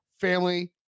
family